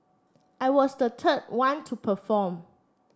I was the third one to perform